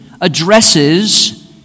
addresses